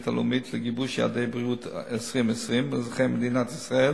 הלאומית לגיבוש יעדי בריאות 2020 לאזרחי מדינת ישראל,